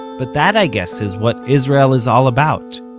but that, i guess, is what israel is all about.